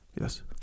Yes